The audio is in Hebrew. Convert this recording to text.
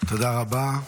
תודה רבה.